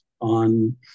on